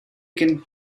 can